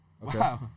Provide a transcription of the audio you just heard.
Wow